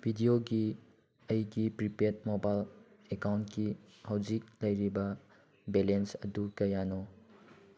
ꯚꯤꯗꯤꯌꯣꯒꯤ ꯑꯩꯒꯤ prepaid mobile ꯑꯦꯀꯥꯎꯟꯀꯤ ꯍꯧꯖꯤꯛ ꯂꯩꯔꯤꯕ ꯕꯦꯂꯦꯟꯁ ꯑꯗꯨ ꯀꯌꯥꯅꯣ